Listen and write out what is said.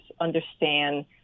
understand